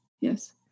yes